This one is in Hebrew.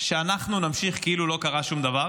שאנחנו נמשיך כאילו לא קרה שום דבר